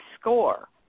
score